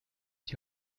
die